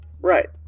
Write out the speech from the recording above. Right